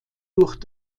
durch